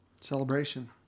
celebration